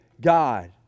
God